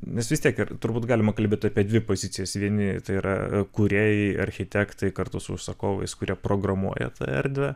nes vis tiek ir turbūt galima kalbėt apie dvi pozicijas vieni tai yra kūrėjai architektai kartu su užsakovais kurie programuoja tą erdvę